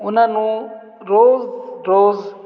ਉਹਨਾਂ ਨੂੰ ਰੋਜ਼ ਰੋਜ਼